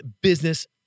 business